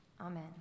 amen